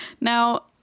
Now